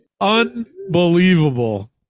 Unbelievable